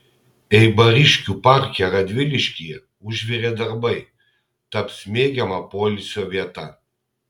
eibariškių parke radviliškyje užvirė darbai taps mėgiama poilsio vieta